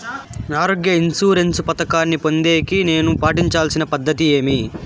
ఆరోగ్య ఇన్సూరెన్సు పథకాన్ని పొందేకి నేను పాటించాల్సిన పద్ధతి ఏమి?